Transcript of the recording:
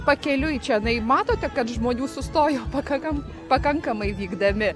pakeliui čionai matote kad žmonių sustojo pakankamai pakankamai vykdami